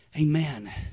Amen